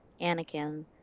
Anakin